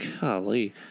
Golly